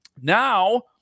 Now